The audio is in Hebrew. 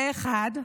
זה, אחד.